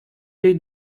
jej